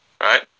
right